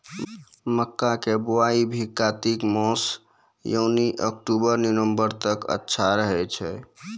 मक्का के बुआई भी कातिक मास यानी अक्टूबर नवंबर तक अच्छा रहय छै